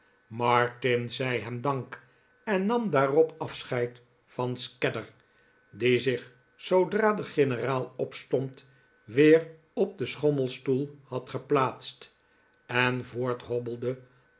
martin zei hem dank en nam daarop afscheid van scadder die zich zoodra de generaal opstond weer op den schommelstoel had geplaatst en